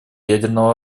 ядерного